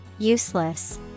Useless